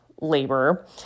labor